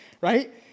right